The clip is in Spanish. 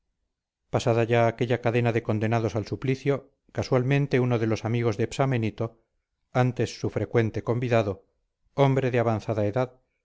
pasada ya aquella cadena de condenados al suplicio casualmente uno de los amigos de psaménito antes su frecuente convidado hombre de avanzada edad